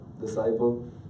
disciple